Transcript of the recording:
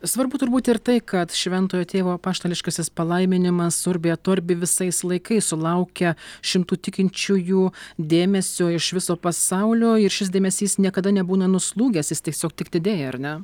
svarbu turbūt ir tai kad šventojo tėvo apaštališkasis palaiminimas urbi et orbi visais laikais sulaukia šimtų tikinčiųjų dėmesio iš viso pasaulio ir šis dėmesys niekada nebūna nuslūgęs jis tiesiog tik didėja ar ne